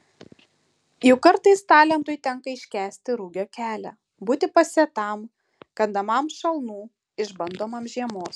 juk kartais talentui tenka iškęsti rugio kelią būti pasėtam kandamam šalnų išbandomam žiemos